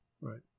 right